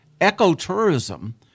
Eco-tourism